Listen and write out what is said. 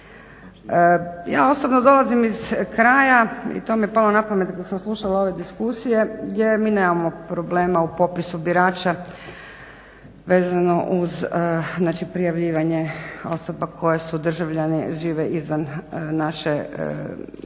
Ja osobno dolazim iz kraja i to mi je palo na pamet kada sam slušala ove diskusije gdje mi nemamo problema u popisu birača vezano uz prijavljivanje osoba koji su državljani žive izvan naših granica